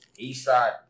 Eastside